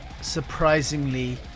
surprisingly